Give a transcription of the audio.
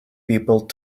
people